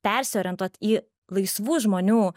persiorientuot į laisvų žmonių